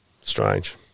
Strange